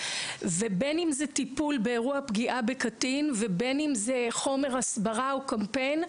בין אם זה טיפול באירוע פגיעה בקטין ובין אם זה חומר הסברה או קמפיין,